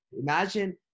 Imagine